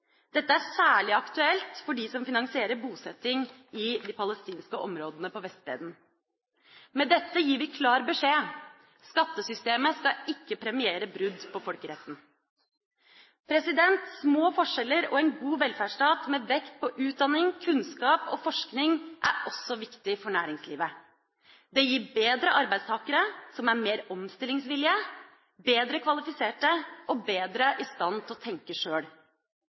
Dette er særlig aktuelt for dem som finansierer bosetting i de palestinske områdene på Vestbredden. Med dette gir vi klar beskjed: Skattesystemet skal ikke premiere brudd på folkeretten. Små forskjeller og en god velferdsstat med vekt på utdanning, kunnskap og forskning er også viktig for næringslivet. Det gir bedre arbeidstakere, som er mer omstillingsvillige, bedre kvalifisert og bedre i stand til å tenke sjøl.